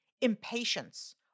impatience